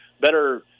Better